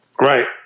right